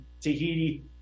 Tahiti